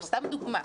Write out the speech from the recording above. הוא סתם דוגמא.